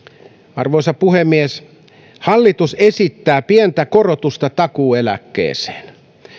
arvoisa puhemies hallitus esittää pientä korotusta takuueläkkeeseen